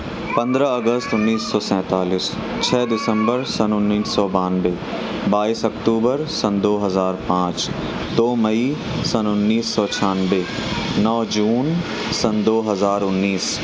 پندرہ اگست انیس سو سینتالیس چھ دسمبر سن انیس سو بانوے بائیس اکتوبر سن دو ہزار پانچ دو مئی سن انیس سو چھیانوے نو جون سن دو ہزار انیس